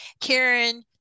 Karen